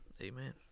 Amen